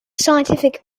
scientific